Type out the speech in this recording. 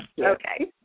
Okay